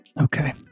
okay